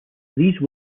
these